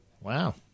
Wow